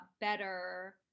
better